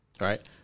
right